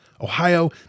Ohio